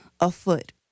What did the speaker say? afoot